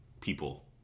people